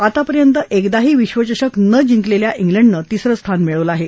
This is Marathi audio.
आतापर्यंत एकदाही विश्वचषक न जिंकलेल्या अजिंडन तिसरं स्थान मिळवलं आहे